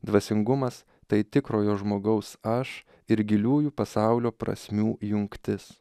dvasingumas tai tikrojo žmogaus aš ir giliųjų pasaulio prasmių jungtis